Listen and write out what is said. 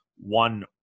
one